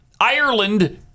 Ireland